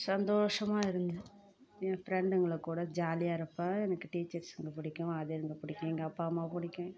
சந்தோஷமாக இருந்தேன் என் ஃப்ரெண்டுகள் கூட ஜாலியாக இருப்பேன் எனக்கு டீச்சர்ஸுங்க பிடிக்கும் அது எங்க பிடிக்கும் எங்கள் அப்பா அம்மாவை பிடிக்கும்